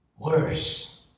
worse